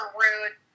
rude